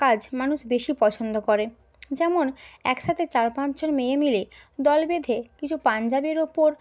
কাজ মানুষ বেশি পছন্দ করে যেমন একসাথে চার পাঁচজন মেয়ে মিলে দল বেঁধে কিছু পাঞ্জাবির উপর